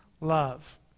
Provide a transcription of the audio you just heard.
love